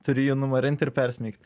turi jį numarint ir persmeigt